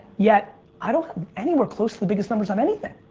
yet, i don't have anywhere close to the biggest numbers on anything.